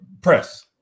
press